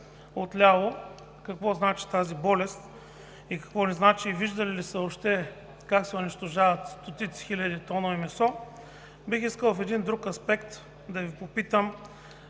какво значи тази болест и какво не значи, и виждали ли са въобще как се унищожават стотици хиляди тонове месо, бих искал в един друг аспект да Ви попитам: